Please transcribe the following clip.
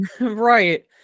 Right